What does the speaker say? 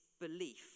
belief